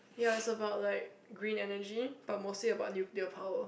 ya it was about like green energy but mostly about nuclear power